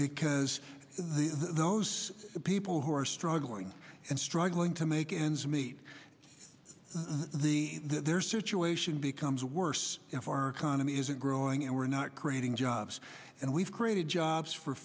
because those people who are struggling and struggling to make ends meet the their situation becomes worse if our economy isn't growing and we're not creating jobs and we've created jobs for